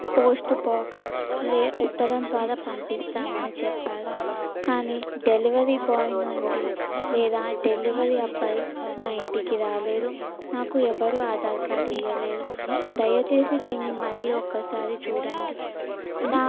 postbox లే ఉత్తరం ద్వారా పంపిస్తామని చెప్పారు కానీ డెలివరీ బాయ్ నుండి లేదా డెలివరీ అబ్బాయి మా ఇంటికి రాలేదు నాకు ఎవరు ఆధార్ కార్డ్ ఇవ్వలేదు దయచేసి దీన్ని మళ్ళీ ఒకసారి చూడండి నా